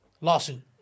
lawsuit